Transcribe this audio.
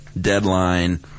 deadline